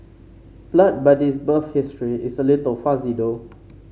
Blood Buddy's birth history is a little fuzzy though